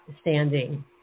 standing